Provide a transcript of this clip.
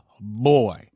boy